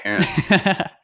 parents